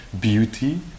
beauty